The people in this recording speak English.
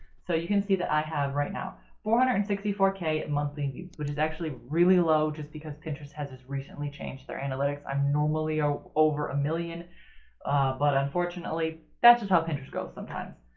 so you can see that i have right now four hundred and sixty four k monthly views which is actually really low just because pinterest has just recently changed their and algorithm, i'm normally ah over a million but unfortunately that's just how pinterest goes sometimes.